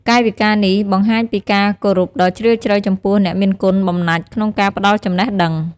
កាយវិការនេះបង្ហាញពីការគោរពដ៏ជ្រាលជ្រៅចំពោះអ្នកមានគុណបំណាច់ក្នុងការផ្ដល់ចំណេះដឹង។